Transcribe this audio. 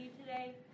today